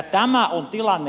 tämä on tilanne